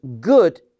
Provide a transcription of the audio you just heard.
good